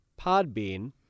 Podbean